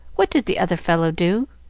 what did the other fellow do?